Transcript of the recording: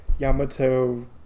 Yamato